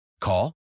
Call